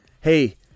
hey